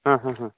ᱦᱮᱸ ᱦᱮᱸ ᱦᱮᱸ